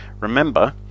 Remember